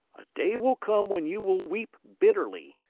a day will come when you will weep bitterly,